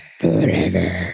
forever